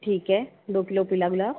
ठीक है दो किलो पीला गुलाब